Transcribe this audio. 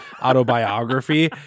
autobiography